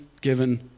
given